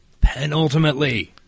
penultimately